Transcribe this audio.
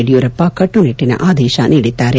ಯಡಿಯೂರಪ್ಪ ಕಟ್ಟುನಿಟ್ಟಿನ ಆದೇಶ ನೀಡಿದ್ದಾರೆ